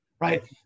right